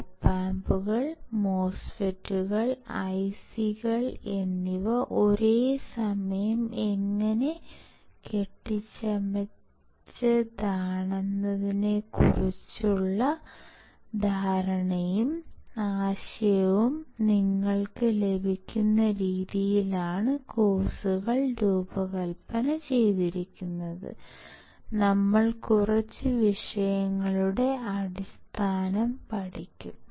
op ആമ്പുകൾ മോസ്ഫെറ്റുകൾ ഐസികൾ എന്നിവ ഒരേ സമയം എങ്ങനെ കെട്ടിച്ചമച്ചതാണെന്നതിനെക്കുറിച്ചുള്ള ധാരണയും ആശയവും നിങ്ങൾക്ക് ലഭിക്കുന്ന രീതിയിലാണ് കോഴ്സുകൾ രൂപകൽപ്പന ചെയ്തിരിക്കുന്നത് നമ്മൾ കുറച്ച് വിഷയങ്ങളുടെ അടിസ്ഥാനം പഠിക്കും